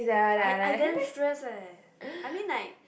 I I damn stress leh I mean like